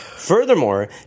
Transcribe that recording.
Furthermore